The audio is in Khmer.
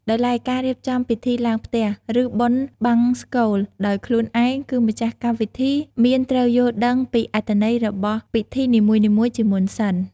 ដោយឡែកការរៀបចំពិធីឡើងផ្ទះ ឬបុណ្យបង្សុកូលដោយខ្លួនឯង គឺម្ចាស់កម្មវិធីមានត្រូវយល់ដឹងពីអត្ថន័យរបស់ពីធីនីមួយៗជាមុនសិន។